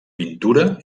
pintura